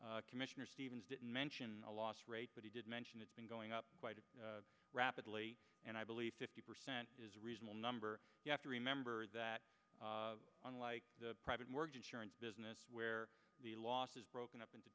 loss commissioner stevens didn't mention a loss rate but he did mention it's been going up quite rapidly and i believe fifty percent is a reasonable number you have to remember that unlike the private mortgage insurance business where the loss is broken up into